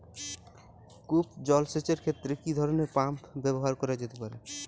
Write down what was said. কূপ জলসেচ এর ক্ষেত্রে কি ধরনের পাম্প ব্যবহার করা যেতে পারে?